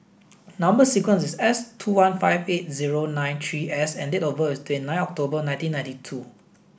number sequence is S two one five eight zero nine three S and date of birth is twenty nine of October nineteen ninety two